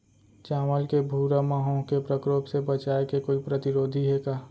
चांवल के भूरा माहो के प्रकोप से बचाये के कोई प्रतिरोधी हे का?